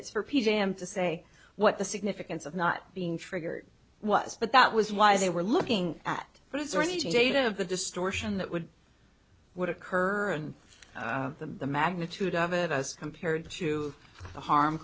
it's for pm to say what the significance of not being triggered was but that was why they were looking at but is there any data of the distortion that would would occur and the magnitude of it as compared to